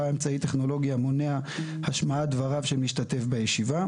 אמצעי טכנולוגי המונע השמעת דבריו של משתתף בישיבה.